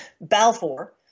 Balfour